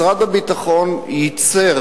משרד הביטחון ייצר